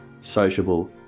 sociable